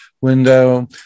window